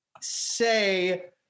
say